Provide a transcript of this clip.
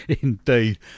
Indeed